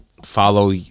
follow